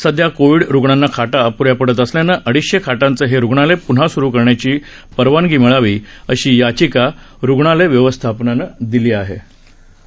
सध्या कोविड रुग्णांना खाटा अप्ऱ्या पडत असल्यानं अडीचशे खाटांचं हे रुग्णालय प्न्हा स्रु करण्याची परवानगी मिळावी अशी याचिका रुग्णालय व्यवस्थापनानं दाखल केली होती